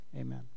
Amen